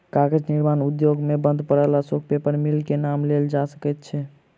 कागज निर्माण उद्योग मे बंद पड़ल अशोक पेपर मिल के नाम लेल जा सकैत अछि